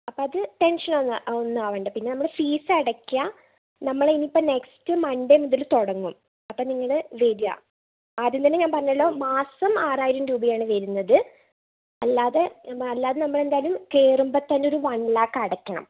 അപ്പോൾ അത് ടെൻഷൻ ഒന്നും ആകണ്ട പിന്നെ നമ്മുടെ ഫീസ് അടയ്ക്കുക നമ്മൾ ഇനി ഇപ്പോൾ നെക്സ്റ്റ് മണ്ടേ മുതല് തുടങ്ങും അപ്പോൾ നിങ്ങള് വരിക ആദ്യം തന്നെ ഞാൻ പറഞ്ഞല്ലോ മാസം ആറായിരം രൂപയാണ് വരുന്നത് അല്ലാതെ നമ്മൾ എന്തായാലും കയറുമ്പോൾ തന്നെ വൺ ലാക്ക് അടക്കണം